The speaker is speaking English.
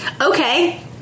Okay